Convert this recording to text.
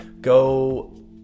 go